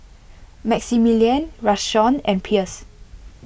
Maximilian Rashawn and Pierce